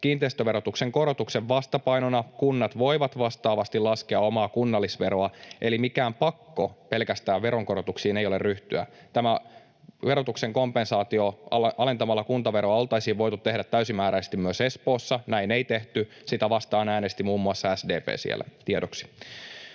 kiinteistöverotuksen korotuksen vastapainona kunnat voivat vastaavasti laskea omaa kunnallisveroa, eli mikään pakko pelkästään veronkorotuksiin ei ole ryhtyä. Tämä verotuksen kompensaatio kuntaveroa alentamalla oltaisiin voitu tehdä täysimääräisesti myös Espoossa. Näin ei tehty. Sitä vastaan äänesti muun muassa SDP siellä — tiedoksi.